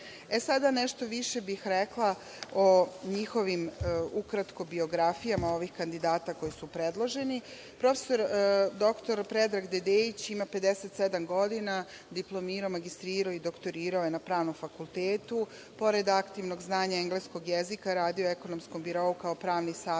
bih nešto više rekla o biografijama ovih kandidata koji su predloženi. Prof. dr Predrag Dedeić ima 57 godina, diplomirao, magistrirao i doktorirao je na Pravnom fakultetu. Pored aktivnog znanja engleskog jezika, radio je u „Ekonomskom birou“ kao pravni savetnik